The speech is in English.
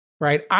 right